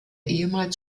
ehemals